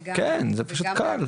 כן, זה פשוט קל.